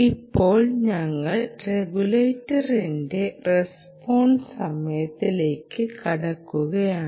ഇപ്പോൾ ഞങ്ങൾ റെഗുലേറ്ററിന്റെ റസ്പോൺസ് സമയത്തിലേക്ക് മടങ്ങുകയാണ്